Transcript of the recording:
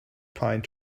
pine